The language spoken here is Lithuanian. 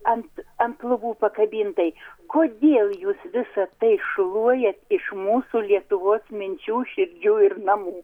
ant ant lubų pakabintai kodėl jūs visa tai šluoja iš mūsų lietuvos minčių širdžių ir namų